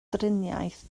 driniaeth